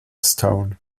stone